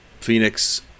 Phoenix